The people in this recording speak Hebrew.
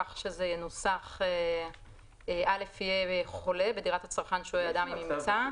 כך ש-(א) יהיה חולה "בדירת הצרכן שוהה אדם עם ממצא"